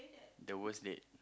the worst date